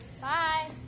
Bye